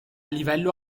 livello